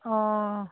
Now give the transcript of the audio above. অ